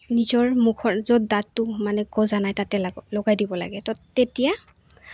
নিজৰ মুখৰ য'ত দাঁতটো মানে গজা নাই তাতে লগাই দিব লাগে তো তেতিয়া